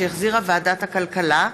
שהחזירה ועדת הכלכלה,